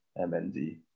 mnd